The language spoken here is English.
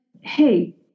hey